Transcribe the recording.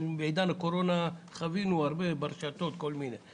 בעידן הקורונה חווינו ברשתות כל מיני דברים.